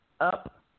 up